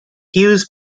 hughes